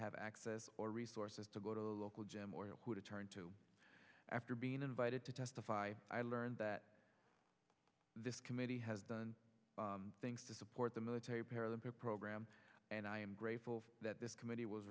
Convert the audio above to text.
have access or resources to go to a local gym or who to turn to after being invited to testify i learned that this committee has done things to support the military paralympic program and i am grateful that this committee was